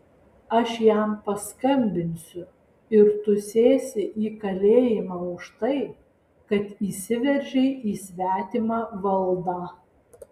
aš jam paskambinsiu ir tu sėsi į kalėjimą už tai kad įsiveržei į svetimą valdą